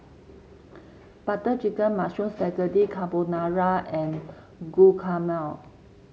Butter Chicken Mushroom Spaghetti Carbonara and Guacamole